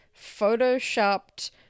Photoshopped